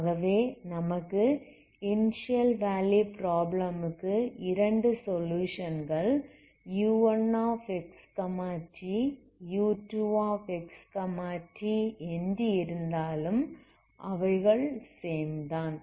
ஆகவே நமக்கு initial value problem க்கு இரண்டு சொலுயுஷன்கள் u1xt u2xtஎன்று இருந்தாலும் அவைகள் சேம் தான்